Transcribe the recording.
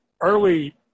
early